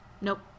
Nope